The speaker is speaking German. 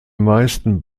meisten